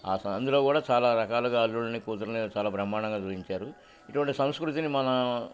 ఆ అందులో కూడా చాలా రకాలుగా అల్లుల్ని కూతురుని చాలా బహ్మాణంగా గుూరించారు ఇటువంటి సంస్కృతిని మన